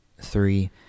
three